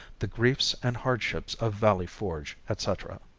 the griefs and hardships of valley forge, etc.